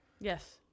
Yes